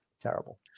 Terrible